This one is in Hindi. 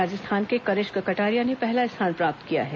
राजस्थान के कनिष्क कटारिया ने पहला स्थान प्राप्त किया है